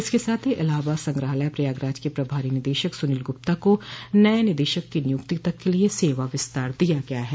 इसके साथ ही इलाहाबाद संग्रहालय प्रयागराज के प्रभारी निदेशक सुनील गुप्ता को नये निदेशक की नियुक्त तक के लिये सेवा विस्तार दिया है